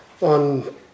on